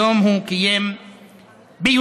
היום הוא קיים ביוזמתו